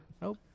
Nope